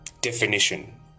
definition